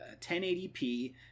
1080p